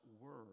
word